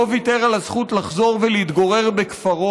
אדוני יושב-ראש ועדת הכנסת,